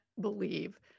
believe